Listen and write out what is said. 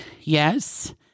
yes